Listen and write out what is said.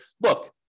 look